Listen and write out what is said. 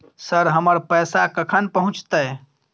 Sir, हमर पैसा कखन पहुंचतै?